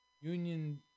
union